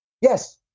Yes